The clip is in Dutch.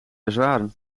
bezwaren